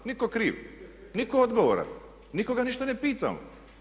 Nitko kriv, nitko odgovoran, nikoga ništa ne pitamo.